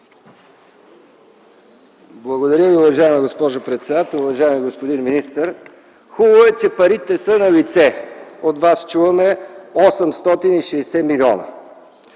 Благодаря, уважаема госпожо председател. Уважаеми господин министър, хубаво е, че парите са налице. От Вас чуваме – 860 млн.